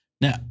Now